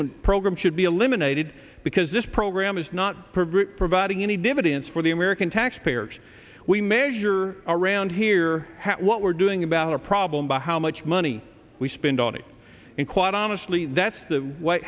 one program should be eliminate i did because this program is not providing any dividends for the american taxpayers we measure around here what we're doing about our problem by how much money we spend on it and quite honestly that's the w